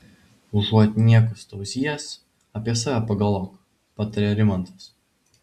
užuot niekus tauzijęs apie save pagalvok patarė rimantas